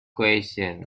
question